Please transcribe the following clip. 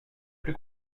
plus